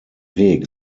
weg